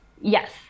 yes